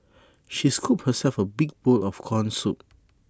she scooped herself A big bowl of Corn Soup